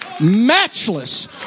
matchless